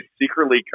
secretly